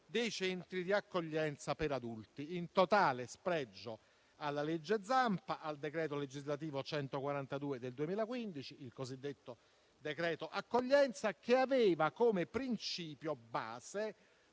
dei centri di accoglienza per adulti, in totale spregio alla cosiddetta legge Zampa, al decreto legislativo n. 142 del 2015, al cosiddetto decreto-legge accoglienza, che aveva come principio base